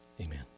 amen